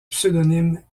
pseudonyme